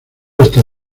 hasta